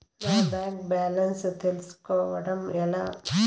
నా bank balance తెలుస్కోవడం ఎలా?